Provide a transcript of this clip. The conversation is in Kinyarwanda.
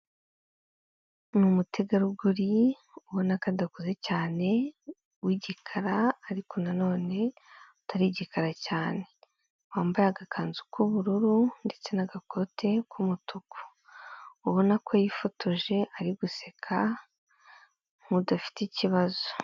Ni umutegarugori ubona ko adakoze cyane w'igikara ariko nanone atari igikara cyane . Wambaye agakanzu k'ubururu ndetse n'agakote k'umutuku ubona ko yifotoje ari guseka nk'udafite ikibazo.